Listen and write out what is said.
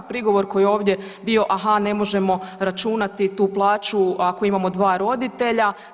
Prigovor koji je ovdje bio aha ne možemo računati tu plaću ako imamo dva roditelja.